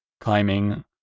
climbing